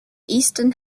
eastern